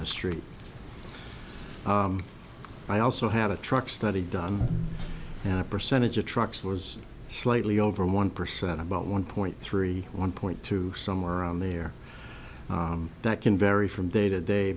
the street i also had a truck study done and a percentage of trucks was slightly over one percent about one point three one point two somewhere around there that can vary from day to day